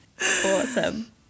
Awesome